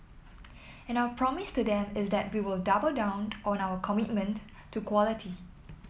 and our promise to them is that we will double down on our commitment to quality